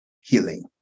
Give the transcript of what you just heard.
healing